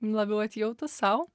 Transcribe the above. labiau atjautūs sau